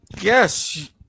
Yes